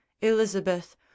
Elizabeth